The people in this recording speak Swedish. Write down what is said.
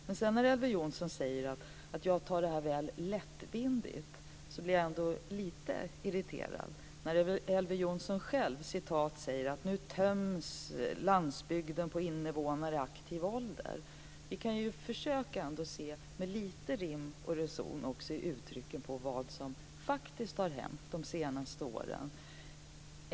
Men när Elver Jonsson säger att jag tar det här väl lättvindigt, blir jag ändå lite irriterad när Elver Jonsson själv säger att nu töms landsbygden på invånare i aktiv ålder. Vi kan väl ändå försöka att se med lite rim och reson på vad som faktiskt har hänt de senaste åren.